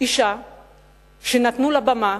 אשה שנתנו לה במה